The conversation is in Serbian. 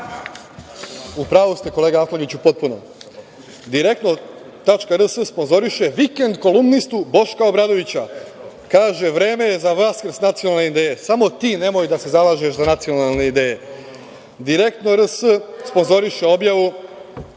pravu ste kolega Atlagiću potpuno.„Direktno.rs“ sponzoriše vikend kolumnistu Boška Obradovića. Kaže: „Vreme je za vaskrs nacionalne ideje“. Samo ti nemoj da se zalažeš za nacionalne ideje.„Direktno.rs“ sponzoriše objavu